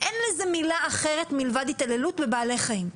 אין לזה מילה אחרת מלבד התעללות בבעלי חיים.